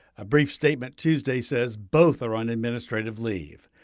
a brief statement tuesday says both are on administrative leave.